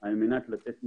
על מנת לתת מענה,